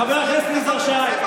חבר הכנסת יזהר שי,